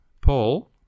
Paul